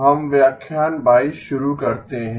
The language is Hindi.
हम व्याख्यान 22 शुरू करते हैं